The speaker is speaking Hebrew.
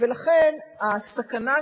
ל-1.8 מיליארד